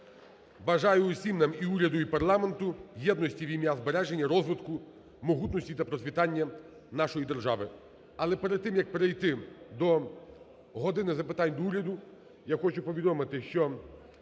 Бажаю усім нам – і уряду, і парламенту – єдності в ім'я збереження, розвитку, могутності та процвітання нашої держави. Але перед тим як перейти до "години запитань до Уряду", я хочу повідомити, що